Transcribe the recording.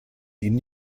ihnen